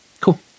Cool